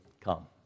come